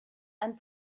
and